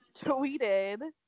tweeted